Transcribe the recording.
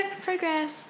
progress